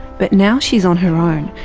but now she is on her own,